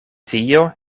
tio